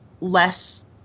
less